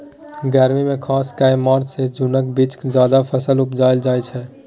गर्मी मे खास कए मार्च सँ जुनक बीच जाएद फसल उपजाएल जाइ छै